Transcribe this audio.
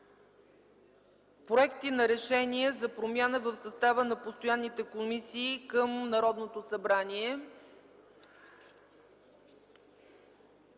проекти на решения за промени в състава на постоянните комисии към Народното събрание.